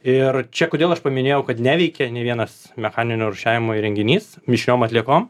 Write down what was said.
ir čia kodėl aš paminėjau kad neveikia nė vienas mechaninio rūšiavimo įrenginys mišriom atliekom